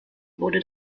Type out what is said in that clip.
wurde